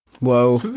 Whoa